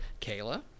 Kayla